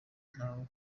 ntawe